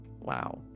wow